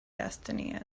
destiny